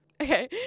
Okay